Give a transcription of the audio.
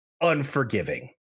unforgiving